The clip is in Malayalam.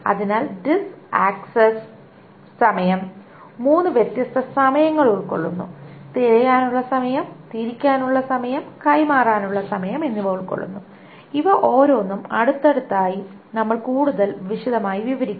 അതിനാൽ ഡിസ്ക് ആക്സസ് സമയം മൂന്ന് വ്യത്യസ്ത സമയങ്ങൾ ഉൾക്കൊള്ളുന്നു തിരയാനുള്ള സമയം തിരിക്കാനുള്ള സമയം കൈമാറാനുള്ള സമയം എന്നിവ ഉൾക്കൊള്ളുന്നു ഇവ ഓരോന്നും അടുത്തതായി നമ്മൾ കൂടുതൽ വിശദമായി വിവരിക്കും